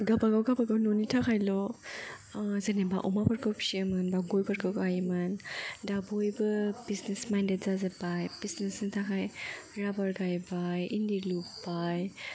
गावबागाव गावबागाव न'नि थाखायल' जेनोबा अमाफोरखौ फिसियोमोन बा गयफोरखौ गायोमोन दा बयबो बिजनेस माइन्डेड जाजोबबाय बिजनेसनि थाखाय राबार गायबाय इन्दि लुबाय